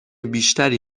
بیشتری